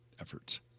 efforts